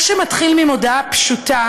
מה שמתחיל ממודעה פשוטה